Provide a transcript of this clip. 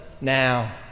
now